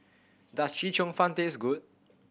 does Chee Cheong Fun taste good